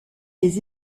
les